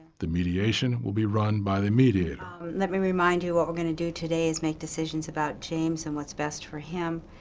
the mediation will be run by the mediator. mediator let me remind you what we're going to do today is make decisions about james and what's best for him.